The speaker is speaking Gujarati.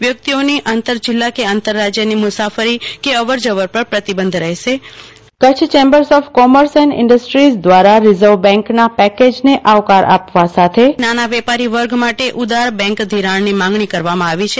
વ્યકિતઓની આંતર જિલ્લા કે આંતર રાજયની મુસાફરી કે અવરજવર પર પ્રતિબંધ રહેશે Kalpana Shah Kutch chambers of commerce and industries દવારા આવકાર રિઝર્વ બેંક ના પેકેજ ને આવકાર આપવા સાથે નાના વેપારી વર્ગ માટે ઉદાર બેંક ઘિરાણ ની માંગણી કરવામાં આવી છે